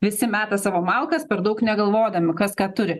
visi meta savo malkas per daug negalvodami kas ką turi